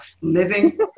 living